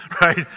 right